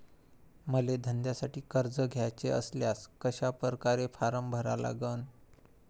मले धंद्यासाठी कर्ज घ्याचे असल्यास कशा परकारे फारम भरा लागन?